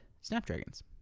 Snapdragons